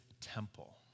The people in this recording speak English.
temple